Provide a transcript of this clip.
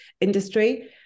industry